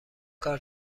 کار